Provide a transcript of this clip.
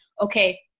okay